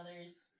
others